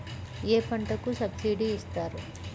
ఏ పంటకు సబ్సిడీ ఇస్తారు?